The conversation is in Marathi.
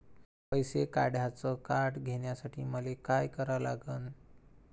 पैसा काढ्याचं कार्ड घेण्यासाठी मले काय करा लागन?